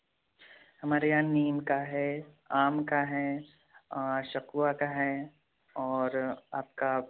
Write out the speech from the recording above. हमारे यहाँ नीम का है आम का है और सकुआ का है और आपका